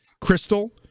Crystal